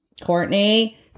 Courtney